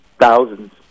thousands